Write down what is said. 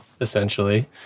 essentially